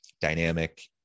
dynamic